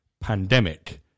pandemic